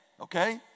okay